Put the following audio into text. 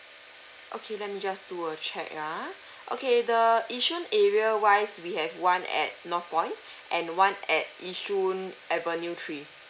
okay let me just do a check ah okay the yishun area wise we have one at northpoint and one at yishun avenue three